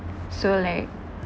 so like